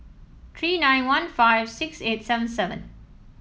three nine one five six eight seven seven